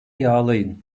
yağlayın